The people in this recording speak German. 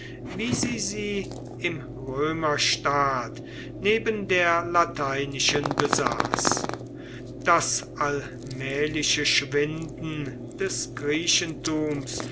wie sie sie im römerstaat neben der lateinischen besaß das allmähliche schwinden des